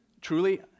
truly